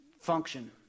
function